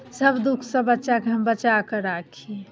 सभ दुःखसँ हम बच्चाकेँ बचा कऽ राखी